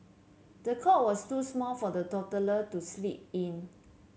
the cot was too small for the toddler to sleep in